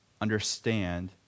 understand